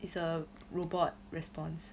it's a robot response